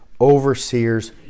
overseers